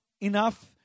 enough